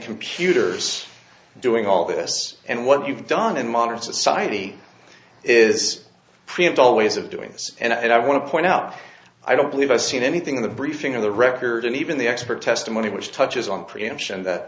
computers doing all this and what you've done in modern society is print all ways of doing this and i want to point out i don't believe us seen anything in the briefing of the record and even the expert testimony which touches on preemption that